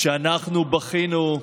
כשאנחנו בכינו,